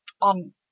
on